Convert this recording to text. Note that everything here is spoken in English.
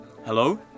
Hello